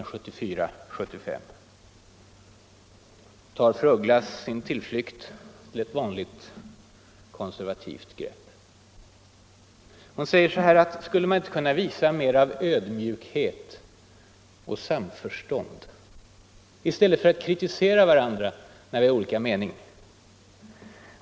Nu tar fru af Ugglas sin tillflykt till ett vanligt konservativt grepp. Hon säger: skulle man inte kunna visa mer av ”ödmjukhet och samförstånd” i stället för att kritisera varandra när vi har olika mening.